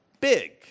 big